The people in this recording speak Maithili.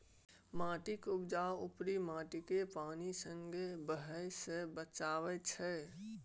माटिक बचाउ उपरी माटिकेँ पानि संगे बहय सँ बचाएब छै